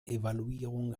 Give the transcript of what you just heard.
evaluierung